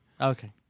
okay